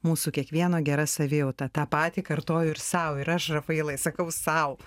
mūsų kiekvieno gera savijauta tą patį kartoju ir sau ir aš rafailai sakau sau